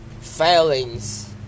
Failings